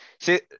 See